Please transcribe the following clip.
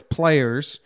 players